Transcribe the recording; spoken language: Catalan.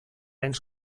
ens